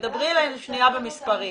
דברי אלינו שניה במספרים.